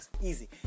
Easy